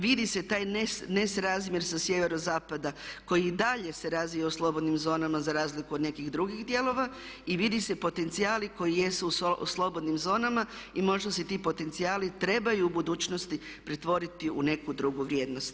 Vidi se taj nesrazmjer sa sjeverozapada koji i dalje se razvija u slobodnim zonama za razliku od nekih drugih dijelova i vide se potencijali koji jesu u slobodnim zonama i možda se ti potencijali trebaju u budućnosti pretvoriti u neku drugu vrijednost.